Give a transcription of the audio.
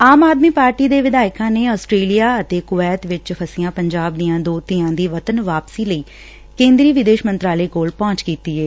ਆਮ Aadmi Party ਦੇ ਵਿਧਾਇਕਾਂ ਨੇ ਆਸਟੇਲੀਆ ਅਤੇ ਕਵੈਤ ਵਿੱਚ ਫਸੀਆਂ ਪੰਜਾਬ ਦੀਆਂ ਦੋ ਧੀਆਂ ਦੀ ਵਤਨ ਵਾਪਸੀ ਲਈ ਕੇਂਦਰੀ ਵਿਦੇਸ਼ ਮੰਤਰਾਲੇ ਕੋਲ ਪਹੰਚ ਕੀਤੀ ਏ